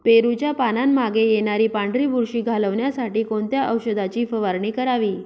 पेरूच्या पानांमागे येणारी पांढरी बुरशी घालवण्यासाठी कोणत्या औषधाची फवारणी करावी?